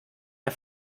der